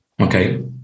Okay